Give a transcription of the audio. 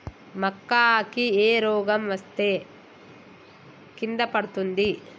మక్కా కి ఏ రోగం వస్తే కింద పడుతుంది?